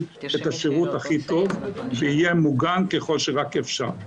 את השירות הכי טוב ויהיה מוגן ככל שרק אפשר.